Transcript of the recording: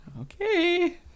Okay